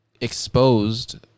exposed